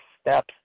steps